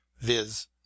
viz